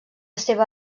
seva